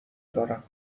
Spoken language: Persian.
دارم